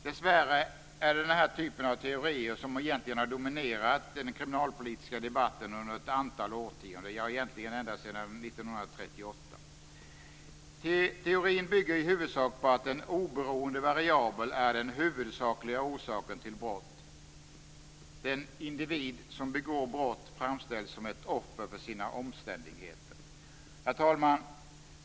Dessvärre är det denna typ av teorier som har dominerat den kriminalpolitiska debatten under ett antal årtionden, egentligen ända sedan 1938. Teorin bygger i huvudsak på att en oberoende variabel är den huvudsakliga orsaken till brott. Den individ som begår brott framställs som ett offer för omständigheter. Herr talman!